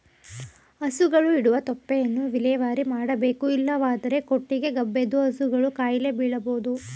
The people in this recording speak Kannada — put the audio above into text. ಹಸುಗಳು ಇಡುವ ತೊಪ್ಪೆಯನ್ನು ವಿಲೇವಾರಿ ಮಾಡಬೇಕು ಇಲ್ಲವಾದರೆ ಕೊಟ್ಟಿಗೆ ಗಬ್ಬೆದ್ದು ಹಸುಗಳು ಕಾಯಿಲೆ ಬೀಳಬೋದು